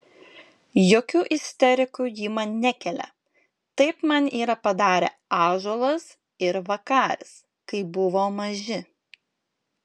jokių isterikų ji man nekelia taip man yra padarę ąžuolas ir vakaris kai buvo maži